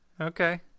Okay